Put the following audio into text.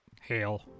Hail